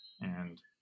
and-